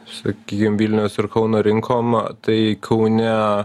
sakykim vilniaus ir kauno rinkom tai kaune